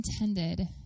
intended